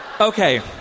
Okay